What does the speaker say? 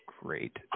great